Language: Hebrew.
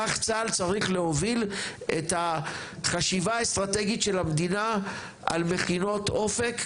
כך צה"ל צריך להוביל את החשיבה האסטרטגית של המדינה על מכינות אופק,